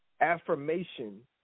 affirmation